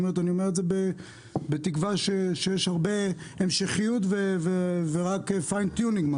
אני אומר את זה בתקווה שיש הרבה המשכיות ורק פיין טיונינג.